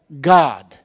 God